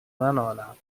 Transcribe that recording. ننالم